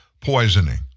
poisoning